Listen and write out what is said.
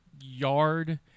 yard